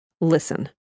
listen